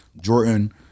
Jordan